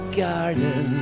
garden